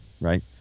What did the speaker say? right